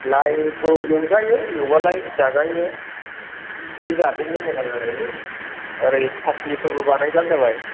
लायखौ एवजायो एवबालाय जाजायो एसे जादेरनो मोजां जानायनि ओरै साटनिफोरबो बानायबानो जाबाय